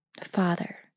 Father